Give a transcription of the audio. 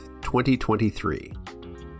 2023